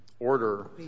order